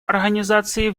организации